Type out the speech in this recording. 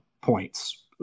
points